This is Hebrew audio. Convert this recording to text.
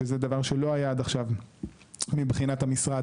שזה דבר שלא היה עד עכשיו מבחינת המשרד,